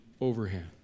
overhand